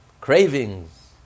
cravings